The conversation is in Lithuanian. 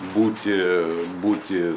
būti būti